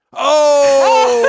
oh